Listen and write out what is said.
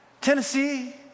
Tennessee